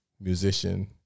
musician